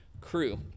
crew